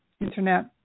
internet